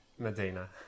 Medina